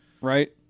right